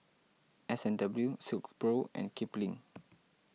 S and W Silkpro and Kipling